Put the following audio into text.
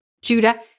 Judah